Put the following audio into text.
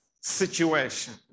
situation